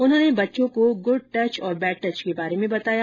उन्होंने बच्चों को गुड टच और बैड टच के बारे में बताया